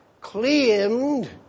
claimed